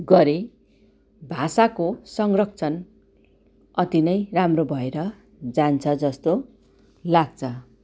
गरे भाषाको संरक्षण अति नै राम्रो भएर जान्छ जस्तो लाग्छ